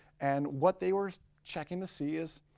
and what they were checking to see is,